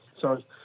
Sorry